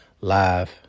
live